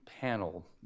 panel